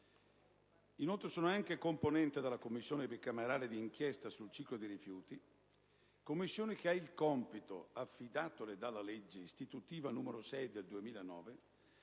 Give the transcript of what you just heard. Inoltre, sono anche componente della Commissione bicamerale d'inchiesta sul ciclo dei rifiuti, la quale ha il compito, affidatole dalla legge istitutiva n. 6 del 2009,